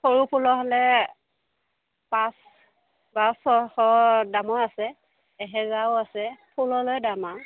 সৰু ফুলৰ হ'লে পাঁচ পাঁচশ দামৰ আছে এহেজাৰো আছে ফুলৰ লৈ দাম আৰু